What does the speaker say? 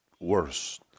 worse